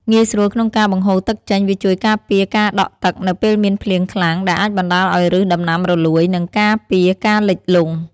ងាយស្រួលក្នុងការបង្ហូរទឹកចេញ វាជួយការពារការដក់ទឹកនៅពេលមានភ្លៀងខ្លាំង ដែលអាចបណ្ដាលឲ្យឬសដំណាំរលួយ និងការពារការលិចលង់។